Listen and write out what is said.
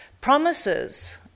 promises